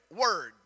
Word